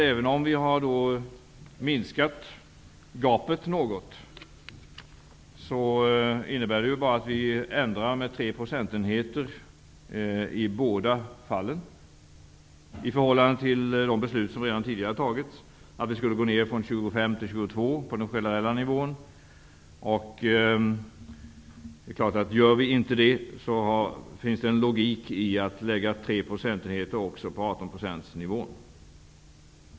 Även om gapet har minskat något, ändrar vi i båda fallen med tre procentenheter i förhållande till de beslut som redan tidigare har tagits. Tidigare har beslutats om en sänkning av den generella nivån från 25 9 till 22 7. Genomför vi inte det, finns det en logik i att lägga tre procentenheter också på 18-procentsnivån.